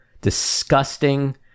disgusting